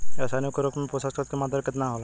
रसायनिक उर्वरक मे पोषक तत्व के मात्रा केतना होला?